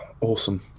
awesome